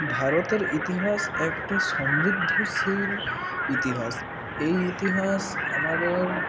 ভারতের ইতিহাস একটি সমৃদ্ধশীল ইতিহাস এই ইতিহাস আমাদের